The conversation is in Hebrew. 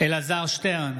אלעזר שטרן,